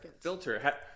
filter